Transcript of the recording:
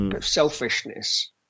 selfishness